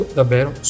davvero